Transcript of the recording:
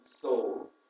soul